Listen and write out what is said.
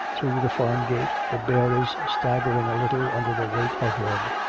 through the farm gate, the bearers staggering a little under the weight of lead,